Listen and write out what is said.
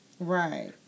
Right